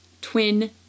twin